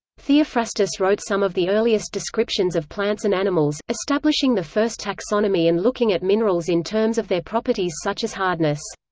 theophrastus wrote some of the earliest descriptions of plants and animals, establishing the first taxonomy and looking at minerals in terms of their properties such as hardness.